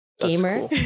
gamer